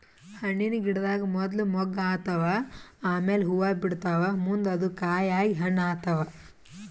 ಹಣ್ಣಿನ್ ಗಿಡದಾಗ್ ಮೊದ್ಲ ಮೊಗ್ಗ್ ಆತವ್ ಆಮ್ಯಾಲ್ ಹೂವಾ ಬಿಡ್ತಾವ್ ಮುಂದ್ ಅದು ಕಾಯಿ ಆಗಿ ಹಣ್ಣ್ ಆತವ್